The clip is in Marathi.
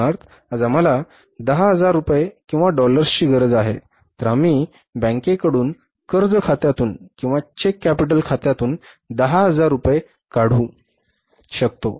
उदाहरणार्थ आज आम्हाला 10000 रुपये किंवा डॉलर्सची गरज आहे तर आम्ही बँकेकडून कर्ज खात्यातून किंवा चेक कॅपिटल खात्यातून 10000 रुपये काढू शकतो